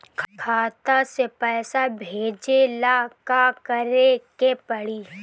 खाता से पैसा भेजे ला का करे के पड़ी?